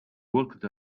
walked